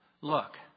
look